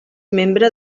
membre